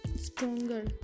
stronger